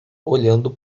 olhando